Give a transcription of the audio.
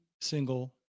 single